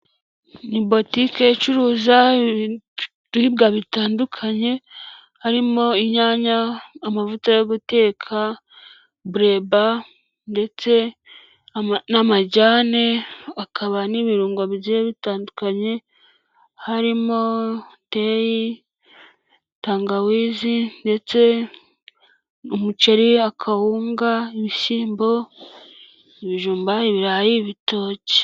Ni botike icuruza ibiribwa bitandukanye harimo inyanya, amavuta yo guteka, bureba ndetse n'amajyane akaba n'ibirungo bigiye bitandukanye harimo teyi, tangawizi ndetse umuceri akawunga, ibishyimbo, ibijumba, ibirayi, ibitoki.